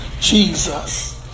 Jesus